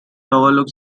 overlooks